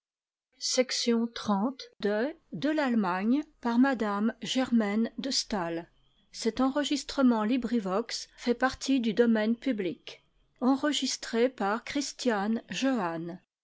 de m de